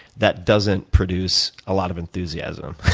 that doesn't produce a lot of enthusiasm.